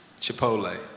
Chipotle